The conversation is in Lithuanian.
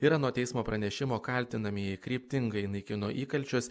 ir anot teismo pranešimo kaltinamieji kryptingai naikino įkalčius